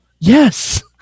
Yes